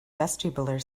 vestibular